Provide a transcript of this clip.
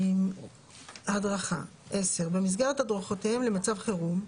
הדרכה במסגרת הדרכותיהם למצבי חירום,